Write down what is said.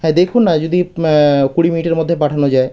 হ্যাঁ দেখুন না যদি কুড়ি মিনিটের মধ্যে পাঠানো যায়